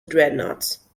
dreadnoughts